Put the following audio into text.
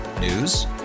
News